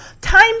time